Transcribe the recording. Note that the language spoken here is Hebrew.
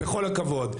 בכל הכבוד,